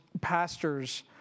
pastors